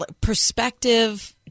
perspective